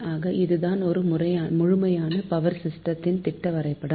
ஆக இதுதான் ஒரு முழுமையான பவர் சிஸ்டமின் திட்ட வரைபடம்